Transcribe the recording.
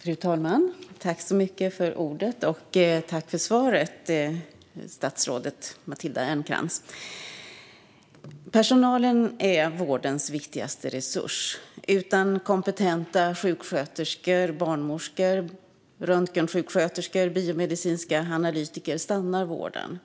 Fru talman! Tack för svaret, statsrådet Matilda Ernkrans! Personalen är vårdens viktigaste resurs. Utan kompetenta sjuksköterskor, barnmorskor, röntgensjuksköterskor och biomedicinska analytiker stannar vården.